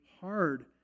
hard